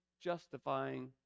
justifying